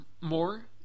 more